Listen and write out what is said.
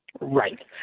right